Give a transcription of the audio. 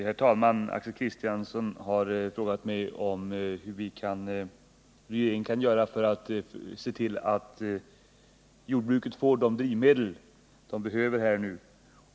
Herr talman! Axel Kristiansson har frågat mig vad regeringen kan göra för att se till att jordbruket får de drivmedel det behöver.